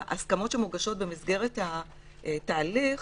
הסכמות שמוגשות במסגרת התהליך,